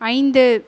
ஐந்து